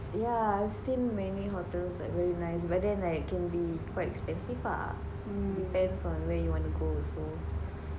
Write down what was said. yeah I've seen many hotels like very nice but then like then can be quite expensive ah depends on where you want to go also